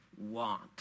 want